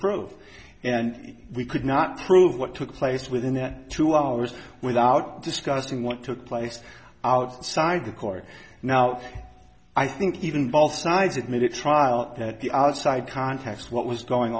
prove and we could not prove what took place within that two hours without discussing what took place outside the court now i think even both sides admit it trial that the outside contacts what was going